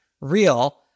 real